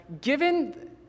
given